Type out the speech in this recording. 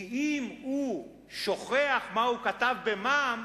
כי אם הוא שוכח מה הוא כתב על המע"מ,